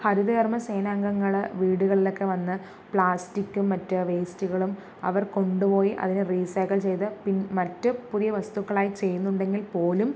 ഹരിതകർമ സേനാംഗങ്ങൾ വീടകളിലൊക്കെ വന്ന് പ്ലാസ്റ്റിക്കും മറ്റ് വെയ്സ്റ്റുകളും അവർ കൊണ്ടുപോയി അതിനെ റിസൈക്കിൾ ചെയ്ത് മറ്റ് പുതിയ വസ്തുക്കളായി ചെയ്യുന്നുണ്ടെങ്കിൽ പോലും